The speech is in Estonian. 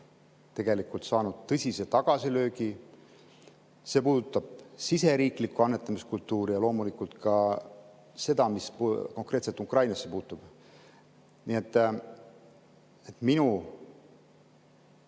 vastu on saanud tõsise tagasilöögi. See puudutab siseriiklikku annetamiskultuuri ja loomulikult ka seda, mis konkreetselt Ukrainasse puutub. Minu